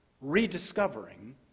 rediscovering